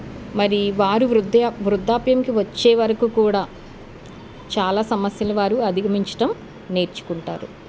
మరి వారు వృద్ధాప్యానికి వచ్చే వరకు కూడా చాలా సమస్యలు వారు అధిగమించడం నేర్చుకుంటారు